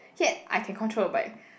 yet I can control the bike